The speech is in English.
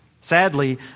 Sadly